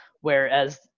whereas